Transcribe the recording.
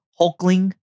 Hulkling